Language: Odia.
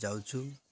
ଯାଉଛୁ